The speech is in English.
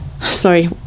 sorry